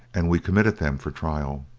and we committed them for trial.